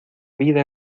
vida